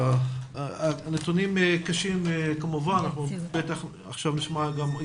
הנתונים קשים כמובן, בטח עכשיו גם נשמע התייחסות.